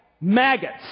Maggots